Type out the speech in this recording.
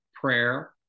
prayer